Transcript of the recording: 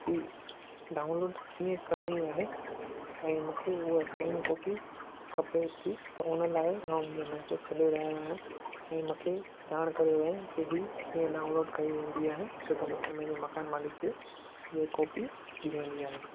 जी download कीअं करिणी आहे ऐं मूंखे उहा स्कैन कॉपी खपे थी त हुन लाइ ही मैसेज छॾे रहियो आहियां ऐं मूंखे ॼाण करिणो आहे कि ही कीअं डाउनलोड कई वेंदी आहे छो त मूंखे मुंहिंजे मकान मालिक खे इहा कॉपी ॾियणी आहे